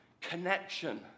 connection